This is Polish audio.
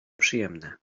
przyjemne